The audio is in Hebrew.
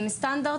עם סטנדרט,